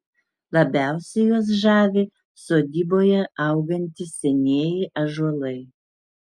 labiausiai juos žavi sodyboje augantys senieji ąžuolai